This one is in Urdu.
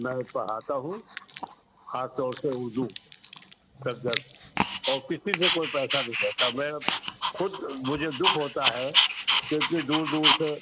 میں پڑھاتا ہوں خاص طور سے اردو سبجکٹ اور کسی سے کوئی پیسہ نہیں لیتا میں خود مجھے دکھ ہوتا ہے کہ اتنی دور دور سے